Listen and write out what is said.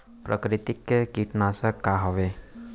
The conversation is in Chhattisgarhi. प्राकृतिक कीटनाशक का हवे?